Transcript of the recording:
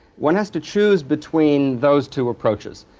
one has to choose between those two approaches.